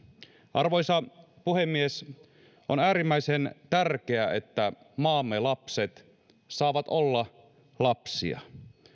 arvoisa puhemies on äärimmäisen tärkeää että maamme lapset saavat olla lapsia